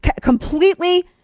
completely